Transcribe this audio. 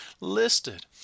listed